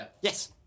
Yes